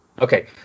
Okay